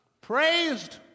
praised